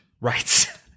rights